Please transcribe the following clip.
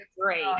great